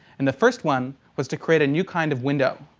and the first one was to create a new kind of window.